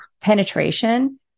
penetration